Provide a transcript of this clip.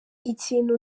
ikintu